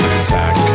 attack